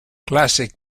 classic